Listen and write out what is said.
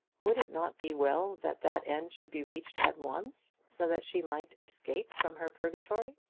would it not be well that that end should be reached at once, so that she might escape from her purgatory?